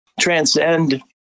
transcend